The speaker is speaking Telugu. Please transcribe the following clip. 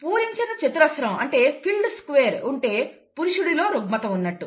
పూరించిన చతురస్రం అంటే ఫిల్డ్ స్క్వేర్ ఉంటే పురుషుడిలో రుగ్మత ఉన్నట్టు